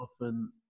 often